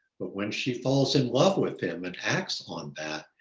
but when she falls in love with him and acts on that,